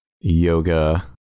yoga